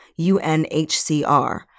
UNHCR